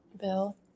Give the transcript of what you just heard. Bill